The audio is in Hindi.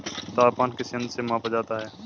तापमान किस यंत्र से मापा जाता है?